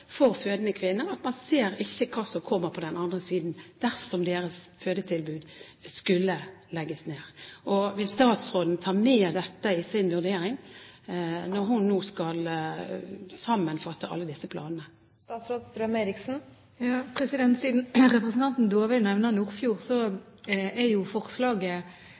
at man ikke ser hva som vil komme isteden dersom deres fødetilbud skulle legges ned. Vil statsråden ta med dette i sin vurdering når hun nå skal sammenfatte alle disse planene?